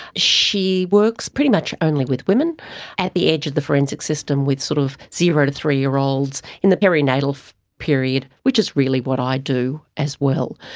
she works pretty much only with women at the edge of the forensic system with sort of zero to three year olds in the perinatal period, which is really what i do as well.